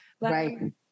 Right